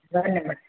ಬನ್ನಿ ಮೇಡಮ್